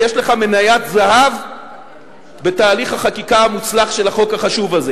יש לך מניית זהב בתהליך החקיקה המוצלח של החוק החשוב הזה.